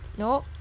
nope